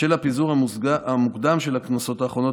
בשל הפיזור המוקדם של הכנסות האחרונות